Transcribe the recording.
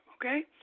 okay